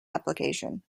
application